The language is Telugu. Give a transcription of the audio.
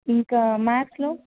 ఇంకా మ్యాత్స్లో